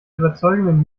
überzeugenden